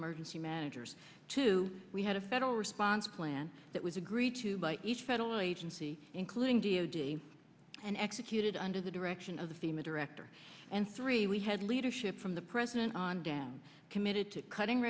emergency managers to we had a federal response plan that was agreed to by each federal agency including d o d and executed under the direction of the fee i'm a director and three we had leadership from the president on down committed to cutting